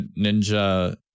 Ninja